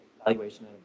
Evaluation